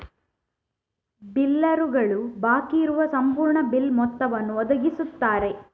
ಬಿಲ್ಲರುಗಳು ಬಾಕಿ ಇರುವ ಸಂಪೂರ್ಣ ಬಿಲ್ ಮೊತ್ತವನ್ನು ಒದಗಿಸುತ್ತಾರೆ